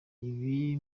ibi